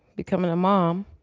becoming a mom